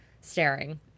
staring